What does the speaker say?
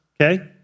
okay